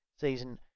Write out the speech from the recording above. season